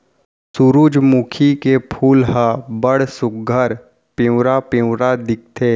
सुरूजमुखी के फूल ह बड़ सुग्घर पिंवरा पिंवरा दिखथे